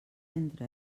entre